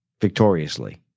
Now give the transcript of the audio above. Victoriously